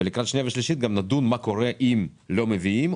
לקראת שנייה ושלישית נדון מה קורה אם לא מביאים,